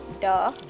duh